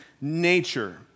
nature